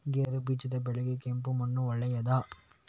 ಗೇರುಬೀಜದ ಬೆಳೆಗೆ ಕೆಂಪು ಮಣ್ಣು ಒಳ್ಳೆಯದಾ?